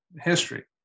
history